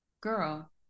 girl